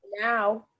Now